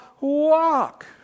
walk